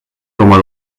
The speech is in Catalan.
coma